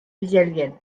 бизәлгән